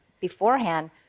beforehand